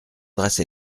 adresse